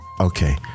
Okay